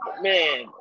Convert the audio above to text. man